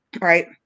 Right